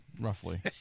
roughly